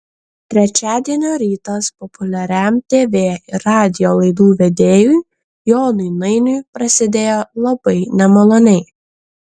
trečiadienio rytas populiariam tv ir radijo laidų vedėjui jonui nainiui prasidėjo labai nemaloniai